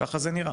ככה זה נראה.